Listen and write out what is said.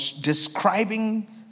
describing